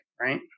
right